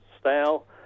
style